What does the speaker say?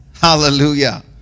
hallelujah